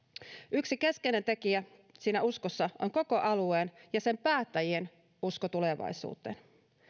yksi keskeinen tekijä siinä uskossa on koko alueen ja sen päättäjien usko tulevaisuuteen